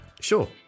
sure